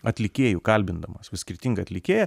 atlikėju kalbindamas vis skirtingą atlikėją